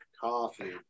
Coffee